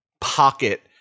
pocket